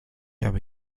habe